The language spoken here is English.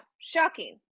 shocking